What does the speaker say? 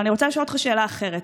אבל אני רוצה לשאול אותך שאלה אחרת.